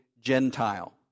Gentile